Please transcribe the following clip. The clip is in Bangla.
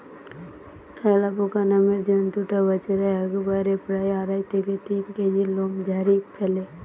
অ্যালাপাকা নামের জন্তুটা বছরে একবারে প্রায় আড়াই থেকে তিন কেজি লোম ঝাড়ি ফ্যালে